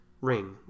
ring